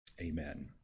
Amen